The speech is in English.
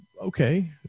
okay